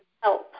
help